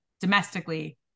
domestically